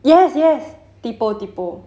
yes yes tipo tipo